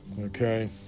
Okay